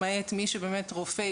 למעט מי שהוא באמת רופא,